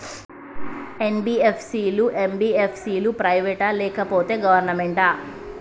NBFC లు, MBFC లు private ఆ లేకపోతే గవర్నమెంటా?